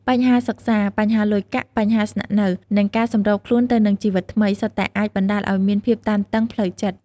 បញ្ហាសិក្សា បញ្ហាលុយកាក់ បញ្ហាស្នាក់នៅ និងការសម្របខ្លួនទៅនឹងជីវិតថ្មី សុទ្ធតែអាចបណ្ដាលឲ្យមានភាពតានតឹងផ្លូវចិត្ត។